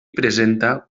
presenta